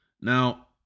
Now